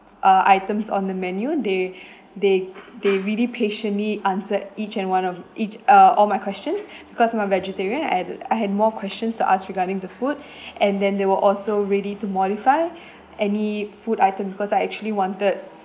uh items on the menu they they they really patiently answered each and one of each uh all my questions because I'm a vegetarian I had I had more questions to ask regarding the food and then they will also ready to modify any food items because I actually wanted